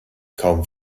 kaum